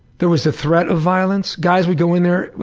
there was the threat of violence. guys would go in there,